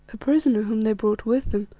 a prisoner whom they brought with them,